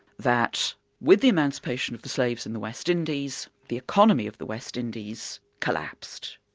that with the emancipation of the slaves in the west indies, the economy of the west indies collapsed.